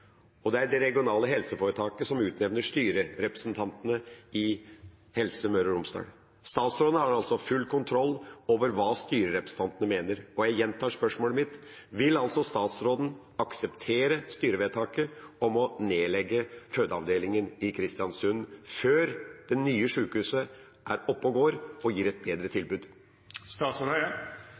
og det er det regionale helseforetaket som utnevner styrerepresentantene i Helse Møre og Romsdal. Statsråden har full kontroll over hva styrerepresentantene mener. Jeg gjentar spørsmålet mitt: Vil statsråden akseptere styrevedtaket om å nedlegge fødeavdelingen i Kristiansund før det nye sykehuset er oppe og går og gir et bedre